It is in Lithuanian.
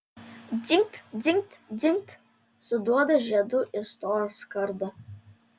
dzingt dzingt dzingt suduoda žiedu į storą skardą